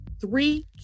three